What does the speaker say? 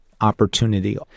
opportunity